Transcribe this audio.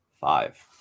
five